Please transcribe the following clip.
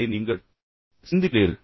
அதை நீங்கள் சிந்திக்கிறீர்கள்